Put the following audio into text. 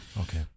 Okay